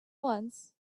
once